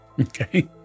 Okay